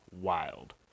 wild